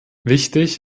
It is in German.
wichtig